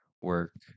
Work